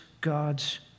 God's